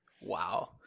Wow